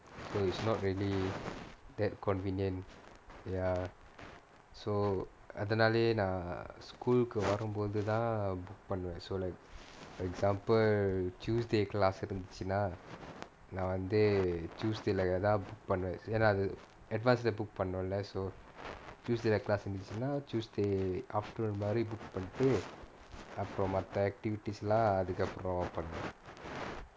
so it's not really that convenient ya so அதுனாலயே நா:athunaalayae naa school வரும்போது தான்:varumpothu thaan book பண்ணுவேன்:pannuvaen so like for example tuesday class இருந்துச்சுனா நா வந்து:irunthuchchunaa naa vanthu tuesday தான்:thaan book பண்ணுவேன் ஏன்னா அது:pannuvaen yaennaa athu advance book lah book பண்ணுல:pannula so tuesday leh class இருந்துச்சுனா:irunthuchchunaa tuesday after magribukku பண்ணிட்டு அப்புறம் மத்த:pannittu appuram maththa activities lah அதுக்கு அப்புறம் பண்ணுவே:athukku appuram pannuvae